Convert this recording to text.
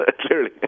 Clearly